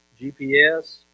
GPS